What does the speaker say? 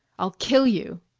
i'll kill you!